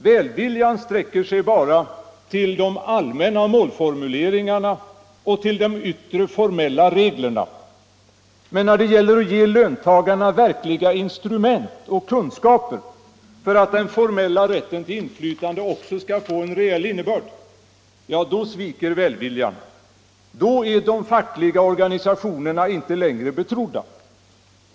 Välviljan sträcker sig bara till de allmänna målformuleringarna och till de yttre formella reglerna, men när det gäller att ge löntagarna verkliga instrument och kunskaper för att den formella rätten till inflytande också skall få en reell innebörd, ja, då sviker välviljan. Då är de fackliga organisationerna inte längre betrodda.